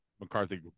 McCarthy